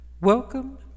Welcome